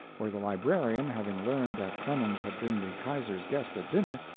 where the librarian, having learned that clemens had been the kaiser's guest at dinner,